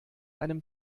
einem